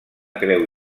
creu